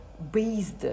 based